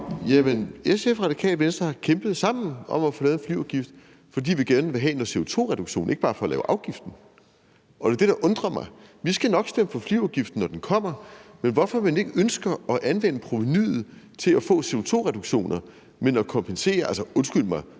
og Radikale Venstre har kæmpet sammen om at få lavet en flyafgift, fordi vi gerne vil have en CO2-reduktion, ikke bare for at lave afgiften. Det er det, der undrer mig. Vi skal nok stemme for flyafgiften, når den kommer, men forstår ikke, hvorfor man ikke ønsker at anvende provenuet til at få CO2-reduktioner, men til at kompensere nogen. Undskyld mig,